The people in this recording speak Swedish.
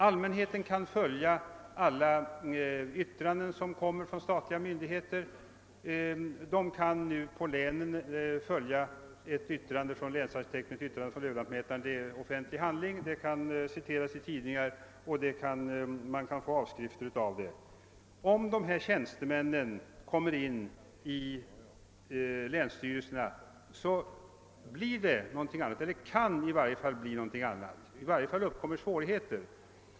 Allmänheten kan följa alla yttranden från statliga myndigheter, och inom länen är ett yttrande från länsarkitekten eller från överlantmätaren offentlig handling — yttrandena kan citeras i tidningar, och man kan få avskrifter av dem. Om dessa tjänstemän kommer in i länsstyrelsen blir det något annat — i varje fall kan det bli någonting annat. Under alla förhållanden uppkommer svårigheter.